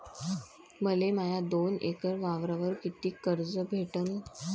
मले माया दोन एकर वावरावर कितीक कर्ज भेटन?